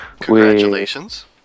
congratulations